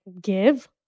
give